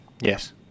Yes